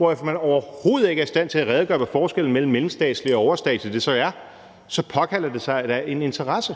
mens man overhovedet ikke er i stand til at redegøre for, hvad forskellen mellem det mellemstatslige og det overstatslige så er, så påkalder det sig da en interesse.